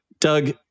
Doug